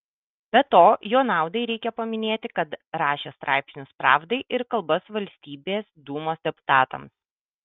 be to jo naudai reikia paminėti kad rašė straipsnius pravdai ir kalbas valstybės dūmos deputatams